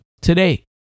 today